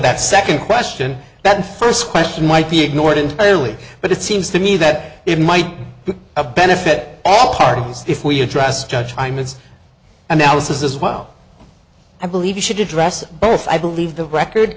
that second question that first question might be ignored entirely but it seems to me that it might be of benefit all parties if we address judge time its analysis as well i believe you should address both i believe the record